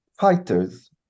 fighters